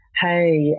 hey